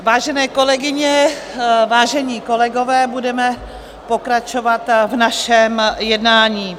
Vážené kolegyně, vážení kolegové, budeme pokračovat v našem jednání.